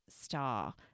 star